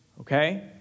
Okay